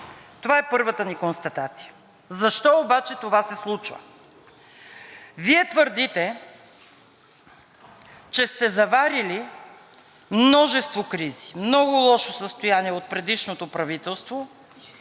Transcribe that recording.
Това е първата ни констатация. Защо обаче това се случва? Вие твърдите, че сте заварили множество кризи, много лошо състояние от предишното правителство,